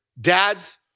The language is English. Dads